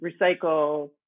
recycle